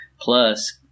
Plus